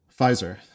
Pfizer